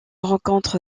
rencontre